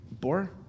bore